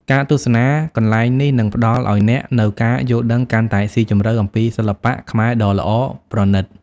ការទស្សនាកន្លែងនេះនឹងផ្តល់ឲ្យអ្នកនូវការយល់ដឹងកាន់តែស៊ីជម្រៅអំពីសិល្បៈខ្មែរដ៏ល្អប្រណិត។